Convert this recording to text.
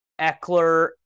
Eckler